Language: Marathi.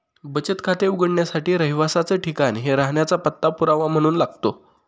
बचत खाते उघडण्यासाठी रहिवासाच ठिकाण हे राहण्याचा पत्ता पुरावा म्हणून लागतो